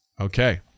Okay